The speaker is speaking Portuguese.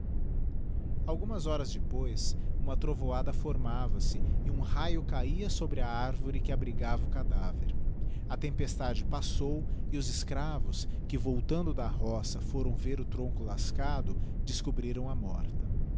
algumas horas depois uma trovoada formava-se e um raio cahia sobre a arvore que abrigava o cadadigiti zedby google ver a tempestade passou e os escravos que voltando da roça foram ver o tronco lascado descobriram a morta